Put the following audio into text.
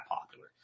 popular